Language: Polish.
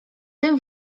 tym